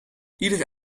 iedere